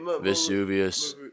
Vesuvius